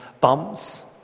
bumps